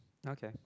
okay